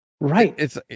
Right